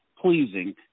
pleasing